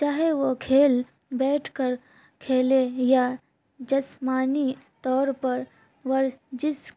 چاہے وہ کھیل بیٹھ کر کھیلے یا جسمانی طور پر ورزش